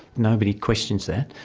nobody questions that.